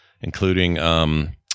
including